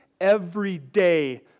everyday